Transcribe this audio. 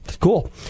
Cool